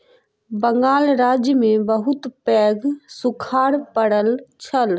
बंगाल राज्य में बहुत पैघ सूखाड़ पड़ल छल